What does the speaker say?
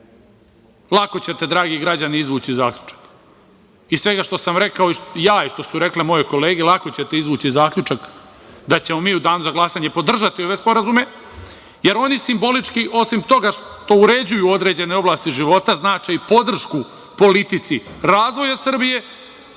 Lako ćete dragi građani izvući zaključak iz svega što sam rekao ja i što su rekle moje kolege, lako ćete izvući zaključak da ćemo mi u danu za glasanje podržati ove sporazume, jer oni simbolički, osim toga što uređuju određene oblasti života znače i podršku politici razvoja Srbije